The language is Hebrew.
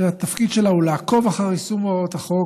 שהתפקיד שלה הוא לעקוב אחר יישום הוראות החוק